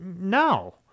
no